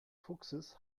fuchses